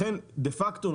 לכן דה פקטו,